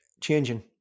changing